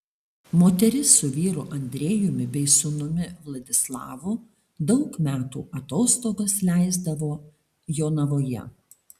moteris su vyru andrejumi bei sūnumi vladislavu daug metų atostogas leisdavo jonavoje